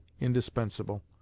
indispensable